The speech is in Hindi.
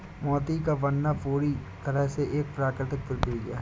मोती का बनना पूरी तरह से एक प्राकृतिक प्रकिया है